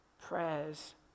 prayers